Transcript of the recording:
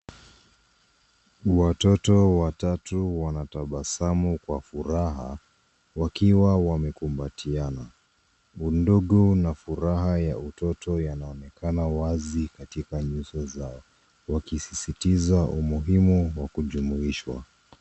Watoto watatu wanatabasamu kwa furaha wakiwa wamekumbatiana. Undugu na furaha ya utoto inaonekana wazi katika nyuso zao wakisisitiza umuhimu wa kujumuishwa.